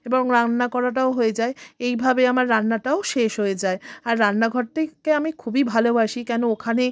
এবং রান্না করাটাও হয়ে যায় এইভাবে আমার রান্নাটাও শেষ হয়ে যায় আর রান্নাঘরটিকে আমি খুবই ভালোবাসি কেন ওখানে